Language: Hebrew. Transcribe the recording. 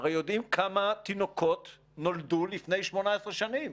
הרי יודעים כמה תינוקות נולדו לפני 18 שנים.